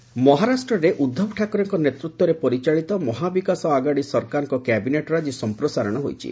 ମହା କ୍ୟାବିନେଟ୍ ମହାରାଷ୍ଟ୍ରରେ ଉଦ୍ଧବ ଠାକରେଙ୍କ ନେତୃତ୍ୱରେ ପରିଚାଳିତ ମହାବିକାଶ ଆଗାଡ଼ି ସରକାରଙ୍କ କ୍ୟାବିନେଟ୍ର ଆକି ସମ୍ପ୍ରସାରଣ ହୋଇଛି